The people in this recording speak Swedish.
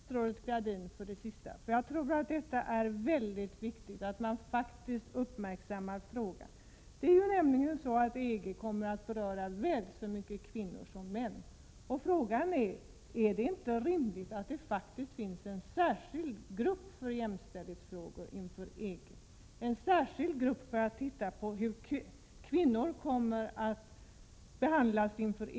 Herr talman! Jag tackar statsrådet Gradin för hennes senaste inlägg. Det är faktiskt väldigt viktigt att vi uppmärksammar frågan. EG kommer nämligen att beröra väl så många kvinnor som män. Frågan är: Är det inte rimligt att inrätta en särskild grupp för jämställdhetsfrågor inför EG-samarbetet, en särskild grupp för att studera hur kvinnor kommer att behandlas inför EG?